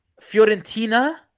Fiorentina